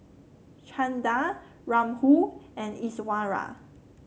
Chanda Rahul and Iswaran